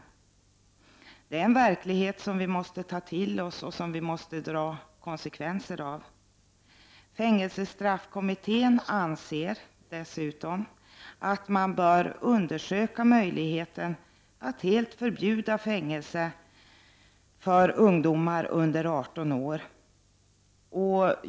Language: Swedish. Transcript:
Detta är en verklighet som vi måste ta till oss och dra konsekvenserna av. Fängelsestraffkommittén anser dessutom att man bör utreda möjligheten av att helt förbjuda fängelse som straff för den som inte fyllt 18 år.